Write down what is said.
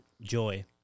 joy